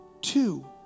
two